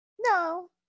no